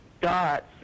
dots